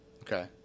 Okay